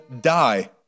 die